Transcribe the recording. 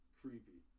creepy